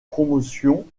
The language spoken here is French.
promotions